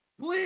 please